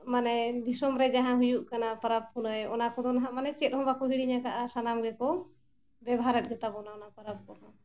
ᱢᱟᱱᱮ ᱫᱤᱥᱚᱢ ᱨᱮ ᱡᱟᱦᱟᱸ ᱦᱩᱭᱩᱜ ᱠᱟᱱᱟ ᱯᱚᱨᱚᱵᱽ ᱯᱩᱱᱟᱹᱭ ᱚᱱᱟ ᱠᱚᱫᱚ ᱱᱟᱜ ᱢᱟᱱᱮ ᱪᱮᱫ ᱦᱚᱸ ᱵᱟᱠᱚ ᱦᱤᱲᱤᱧ ᱟᱠᱟᱜᱼᱟ ᱥᱟᱱᱟᱢ ᱜᱮᱠᱚ ᱵᱮᱵᱷᱟᱨᱮᱫ ᱜᱮᱛᱟ ᱵᱚᱱᱟ ᱚᱱᱟ ᱯᱚᱨᱚᱵᱽ ᱠᱚᱦᱚᱸ